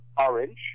orange